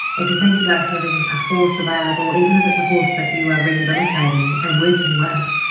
if you think about having a horse available, even if it's a horse that you are rehabilitating and working with,